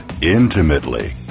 Intimately